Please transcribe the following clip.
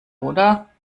oder